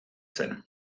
zen